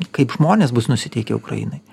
kaip žmonės bus nusiteikę ukrainai